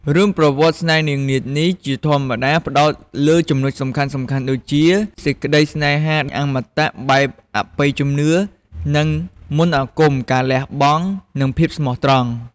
រឿងប្រវត្តិស្នេហ៍នាងនាថនេះជាធម្មតាផ្តោតលើចំណុចសំខាន់ៗដូចជា សេចក្តីស្នេហាអមតៈបែបអបិយជំនឿ និងមន្តអាគម ការលះបង់ និងភាពស្មោះត្រង់ ។